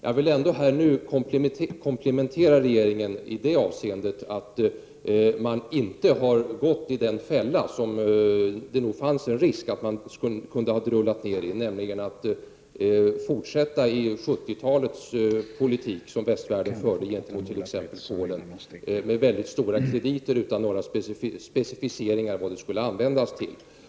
Jag vill ändå nu komplimentera regeringen i det avseendet att den inte har gått i den fälla som det nog finns viss risk för att den skulle ha drullat ned i, nämligen den fälla som skulle innebära en fortsättning av den politik som västvärlden under 1970-talet förde gentemot t.ex. Polen. Då gavs ju väldigt stora krediter utan några specificeringar av vad pengarna skulle användas till.